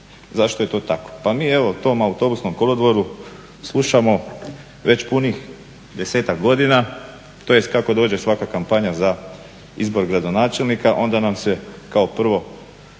Zašto je to tako, pa mi evo tom autobusnom kolodvoru slušamo već punih desetak godina, tj. kako dođe svaka kampanja za izbor gradonačelnika. Onda nam se kao prvo